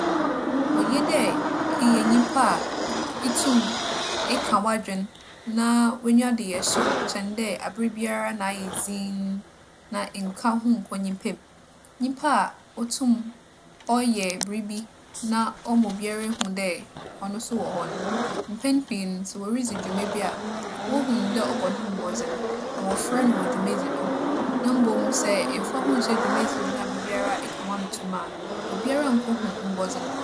Oye dɛ eyɛ nyimpa a itum eka w'adwen na w'enyiwa do yɛ hyew kyɛn dɛ aberbiara na ayɛ dzinn, na ennka woho nnkͻ nyimpa mu. Nyimpa a otum ͻyɛ biribi na ͻma obiara hu dɛ ͻno so wͻ hͻ no, mpɛn pii no, sɛ woridzi dwuma bi a, wohu no dɛ ͻbͻ noho mbͻdzen, na wͻfrɛ no wͻ dwumadzi no ho. Na mbom sɛ emmfa woho nnhyɛ dwumadzi mu na aberbiara eka w'ano to mu a, obiara nnkohu wo mbͻdzembͻ.